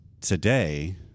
today